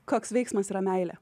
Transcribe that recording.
koks veiksmas yra meilė